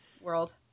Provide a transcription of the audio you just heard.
world